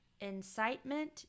incitement